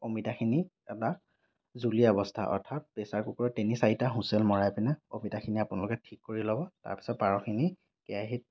অমিতাখিনি এটা জুলীয়া অৱস্থা অৰ্থাৎ প্ৰেছাৰ কুকাৰত তিনি চাৰিটা হুইছেল মৰাই পিনে অমিতাখিনি আপোনালোকে ঠিক কৰি ল'ব তাৰ পিছত পাৰখিনি কেৰাহীত